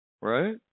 Right